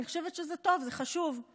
אני חושבת שזה טוב, זה חשוב.